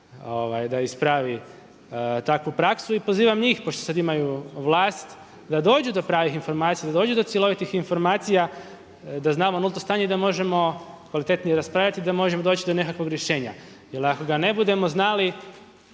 da ispravi takvu praksu i pozivam njih pošto sad imaju vlast da dođu do pravih informacija, da dođu do cjelovitih informacija, da znamo nulto stanje i da možemo kvalitetnije raspravljati i da možemo doći do nekakvog rješenja. Jer ako ga ne budemo znali